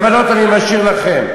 את הכוונות אני משאיר לכם.